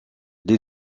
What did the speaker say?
les